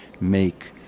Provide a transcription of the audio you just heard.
make